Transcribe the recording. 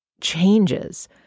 changes